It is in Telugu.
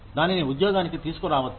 మీరు దానిని ఉద్యోగానికి తీసుకురావచ్చు